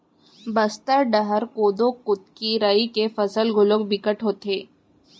बस्तर डहर कोदो, कुटकी, राई के फसल घलोक बिकट होथे